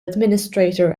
administrator